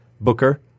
Booker